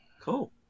Cool